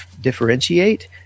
differentiate